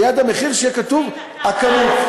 שליד המחיר תהיה כתובה הכמות.